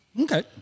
Okay